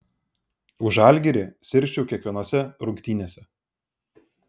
už žalgirį sirgčiau kiekvienose rungtynėse